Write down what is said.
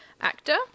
actor